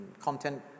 content